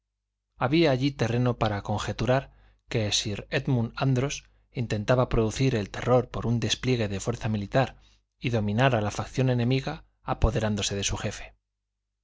había allí terreno para conjeturar que sir édmund andros intentaba producir el terror por un despliegue de fuerza militar y dominar a la facción enemiga apoderándose de su jefe